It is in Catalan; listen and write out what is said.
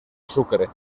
sucre